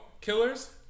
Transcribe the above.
killers